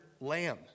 lamb